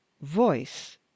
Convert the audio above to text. voice